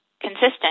consistent